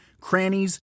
crannies